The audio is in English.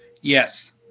yes